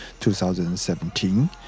2017